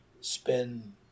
spend